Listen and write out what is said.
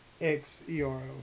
X-E-R-O